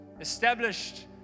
established